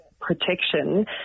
protection